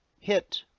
Hit